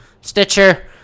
Stitcher